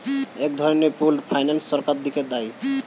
এক ধরনের pooled finance সরকার থিকে দেয়